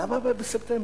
למה בספטמבר?